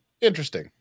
interesting